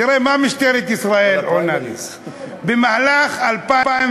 תראה מה משטרת ישראל עונה לי: במהלך 2014